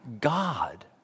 God